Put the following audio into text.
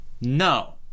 No